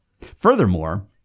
Furthermore